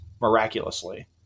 miraculously